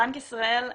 בנק ישראל,